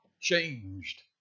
changed